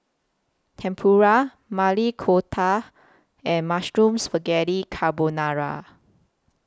Tempura Maili Kofta and Mushroom Spaghetti Carbonara